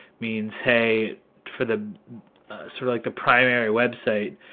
means hey for the sort of like the primary web site,